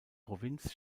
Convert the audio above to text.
provinz